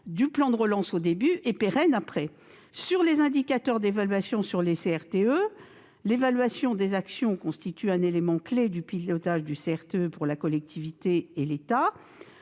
du plan de relance et seront pérennes ensuite. J'en viens aux indicateurs d'évaluation des CRTE. L'évaluation des actions constitue un élément clé du pilotage du CRTE pour la collectivité et l'État.